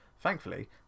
thankfully